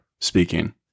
speaking